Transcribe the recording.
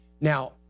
Now